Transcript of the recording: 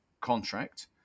contract